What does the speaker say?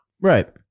right